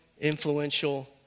influential